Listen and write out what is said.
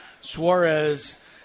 Suarez